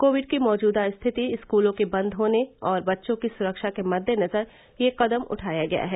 Covid की मौजूदा स्थिति स्कूलों के बंद होने और बच्चों की सुरक्षा के मद्देनजर यह कदम उठाया गया है